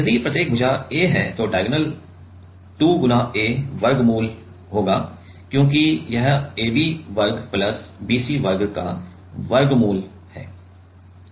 यदि प्रत्येक भुजा a है तो डायगोनल 2a वर्गमूल होगा क्योंकि यह AB वर्ग प्लस BC वर्ग का वर्गमूल है